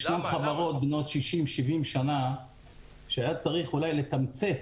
יש חברות בנות 70-60 שנה שצריך היה לתמצת,